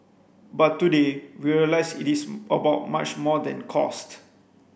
but today we realise it is about much more than cost